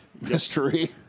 mystery